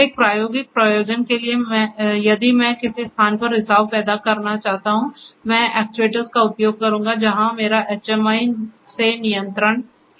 sir एक प्रायोगिक प्रयोजन के लिए यदि मैं किसी स्थान पर रिसाव पैदा करना चाहता हूं मैं एक्ट्यूएटर्स का उपयोग करूंगा जहां मेरा एचएमआई से नियंत्रण है